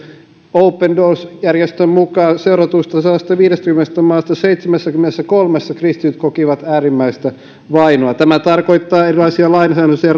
open doors järjestön mukaan seuratuista sadastaviidestäkymmenestä maasta seitsemässäkymmenessäkolmessa kristityt kokivat äärimmäistä vainoa tämä tarkoittaa erilaisia lainsäädännöllisiä